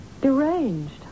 deranged